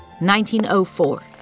1904